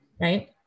right